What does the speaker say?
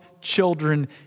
children